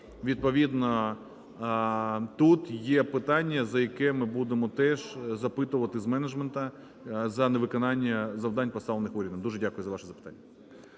Відповідно, тут є питання, за яке ми будемо теж запитувати з менеджменту за невиконання завдань, поставлених урядом. Дуже дякую за ваше запитання.